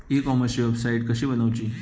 E कॉमर्सची website कशी बनवची?